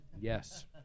yes